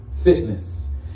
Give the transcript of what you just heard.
fitness